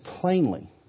plainly